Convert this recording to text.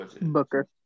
Booker